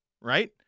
right